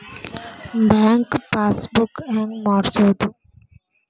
Bank passbook ಹೆಂಗ್ ಮಾಡ್ಸೋದು?